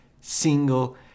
single